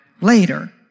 later